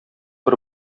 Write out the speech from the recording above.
бер